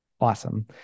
Awesome